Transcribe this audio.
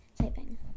typing